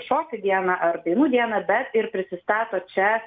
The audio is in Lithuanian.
šokių dieną ar dainų dieną bet ir prisistato čia